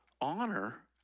honor